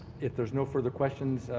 if there's no further questions,